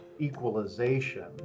equalization